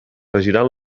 regiran